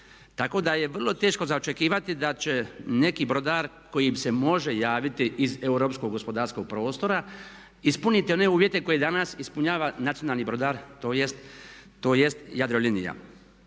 Tako da je vrlo teško za očekivati da će neki brodar koji se može javiti iz europskog gospodarskog prostora ispuniti one uvjete koje danas ispunjava nacionalni brodar tj. Jadrolinija.